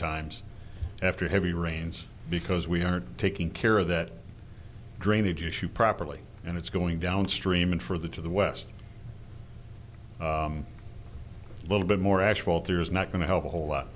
times after heavy rains because we are taking care of that drainage issue properly and it's going downstream and for the to the west a little bit more ash fall through is not going to help a whole lot